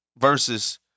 versus